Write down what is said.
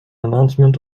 announcement